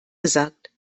gesagt